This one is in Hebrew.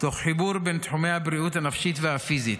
תוך חיבור בין תחומי הבריאות הנפשית והפיזית.